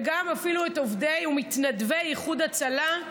וגם אפילו את עובדי ומתנדבי איחוד הצלה,